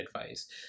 advice